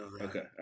Okay